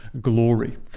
glory